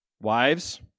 Wives